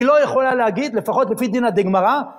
כי לא יכולה להגיד, לפחות לפי דיני הדגמרה